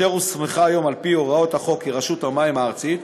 אשר הוסמכה היום על-פי הוראות החוק כרשות המים הארצית,